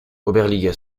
oberliga